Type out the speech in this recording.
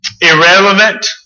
irrelevant